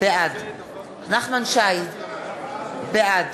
בעד נחמן שי, בעד